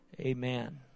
Amen